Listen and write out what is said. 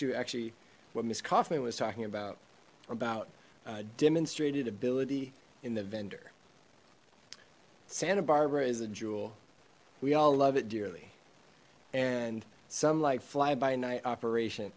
to actually what miss kauffman was talking about about demonstrated ability in the vendor santa barbara is a jewel we all love it dearly and some like fly by night operation